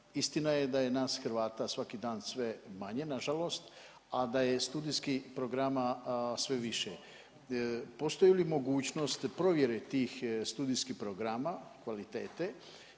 istina je da je nas Hrvata svaki dan sve manje na žalost, a da je studijskih programa sve više. Postoji li mogućnost provjere tih studijskih programa kvalitete